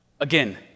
Again